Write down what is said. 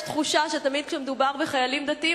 יש תחושה שתמיד כשמדובר בחיילים דתיים,